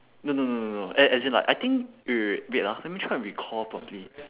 no no no no no a~ as in like I think wait wait wait wait ah let me try and recall properly